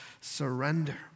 surrender